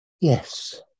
Yes